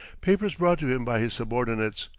papers brought to him by his subordinates,